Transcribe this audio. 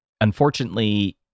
unfortunately